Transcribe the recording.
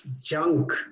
junk